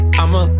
I'ma